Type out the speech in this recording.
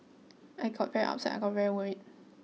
I got very upset I got very worried